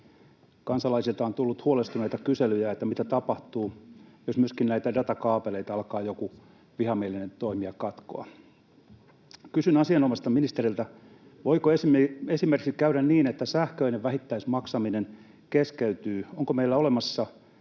Kansalaisilta on tullut huolestuneita kyselyjä, että mitä tapahtuu, jos myöskin näitä datakaapeleita alkaa joku vihamielinen toimija katkoa. Kysyn asianomaiselta ministeriltä: Voiko esimerkiksi käydä niin, että sähköinen vähittäismaksaminen keskeytyy? Onko meillä olemassa